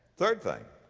third thing.